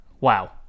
Wow